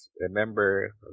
remember